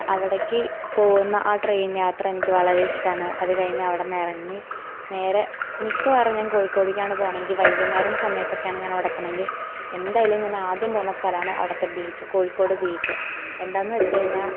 അവിടേക്ക് പോകുന്ന ആ ട്രെയിൻ യാത്ര എനിക്ക് വളരെ ഇഷ്ടമാണ് അതുകഴിഞ്ഞ് അവിടുന്ന് ഇറങ്ങി നേരെ മിക്കവാറും ഞാൻ കോഴിക്കോടേക്കാണ് പോവണമെങ്കിൽ വൈകുന്നേരം സമയത്തൊക്കെയാണ് ഞാനവിടെ എത്തണമെങ്കിൽ എന്തായാലും ഞാൻ ആദ്യം പോവുന്ന സ്ഥലമാണ് അവിടുത്തെ ബീച്ച് കോഴിക്കോട് ബീച്ച് എന്താണെന്ന് വെച്ച് കഴിഞ്ഞാൽ